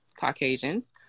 caucasians